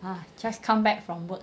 ah just come back from work